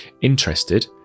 Interested